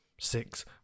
six